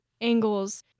angles